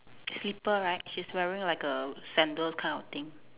slipper right she's wearing like a sandals kind of thing